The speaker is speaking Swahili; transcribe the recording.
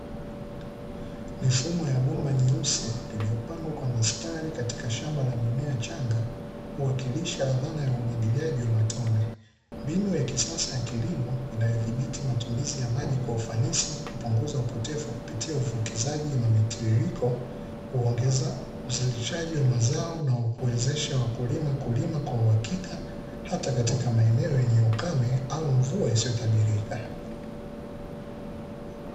Mifumo ya bomba nyeusi iliyopangwa kwa mistari katika shamba lenye mimea michanga huwakilisha dhana ya umwagiliaji ya matone. Mbinu ya kisasa ya kilimo inayodhibiti matumizi ya maji kwa ufanisi, kupunguza upotevu kupitia uvukizaji na mitiririko, huongeza uzalishaji wa mazao na kuwezesha wakulima kulima kwa uhakika hata katika maeneo yenye ukame au mvua asiyotabirika.